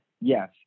yes